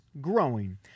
growing